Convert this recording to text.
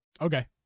okay